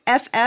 FF